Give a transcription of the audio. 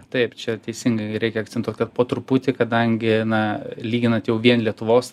taip čia teisingai reikia akcentuot kad po truputį kadangi na lyginant jau vien lietuvos